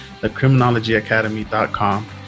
thecriminologyacademy.com